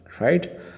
right